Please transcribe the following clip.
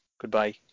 Goodbye